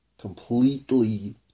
completely